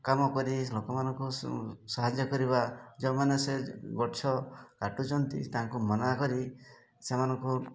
କାମ କରି ଲୋକମାନଙ୍କୁ ସାହାଯ୍ୟ କରିବା ଯେଉଁମାନେ ସେ ଗଛ କାଟୁଚନ୍ତି ତାଙ୍କୁ ମନା କରି ସେମାନଙ୍କୁ